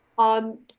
on